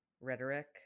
rhetoric